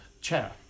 chair